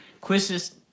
quizzes